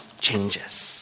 changes